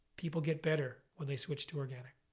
people get better when they switch to organic.